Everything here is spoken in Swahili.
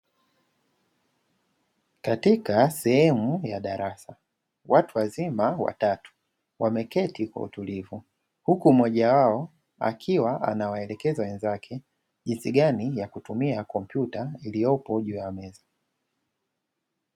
Katika sehemu ya darasa watu wazima watatu, wameketi kwa utulivu. Huku mmoja wao akiwa anawaelekeza wenzake jinsi gani ya kutumia kompyuta iliyopo juu ya meza.